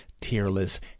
tearless